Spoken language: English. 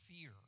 fear